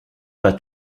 pas